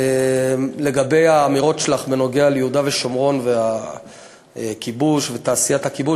לגבי האמירות שלך בנוגע ליהודה ושומרון והכיבוש ותעשיית הכיבוש.